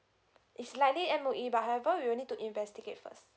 it's likely M_O_E but however we would need to investigate first